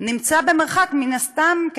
נמצא מן הסתם במרחק,